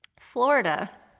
Florida